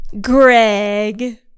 Greg